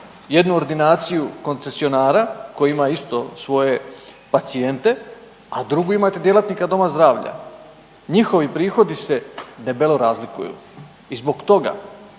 jednu ordinaciju koncesionara koji ima svoje pacijente, a drugu imate djelatnika doma zdravlja. Njihovi prihodi se debelo razlikuju i zbog toga